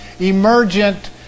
emergent